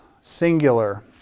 singular